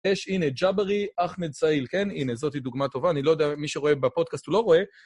יש, הנה, ג'ברי אחמד צעיל, כן? הנה, זאתי דוגמה טובה. אני לא יודע מי שרואה בפודקאסט, הוא לא רואה.